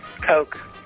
Coke